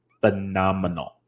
phenomenal